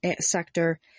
sector